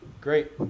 great